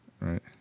right